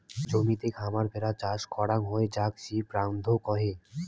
জমিতে খামার ভেড়া চাষ করাং হই যাক সিপ রাঞ্চ কহে